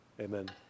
Amen